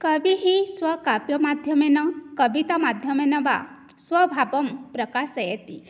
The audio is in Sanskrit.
कविः स्वकाव्यमाध्यमेन कवितमाध्यमेन वा स्वभावम् प्रकाशयति